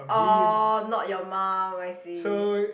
orh not your mum I see